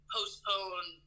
postpone